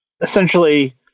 essentially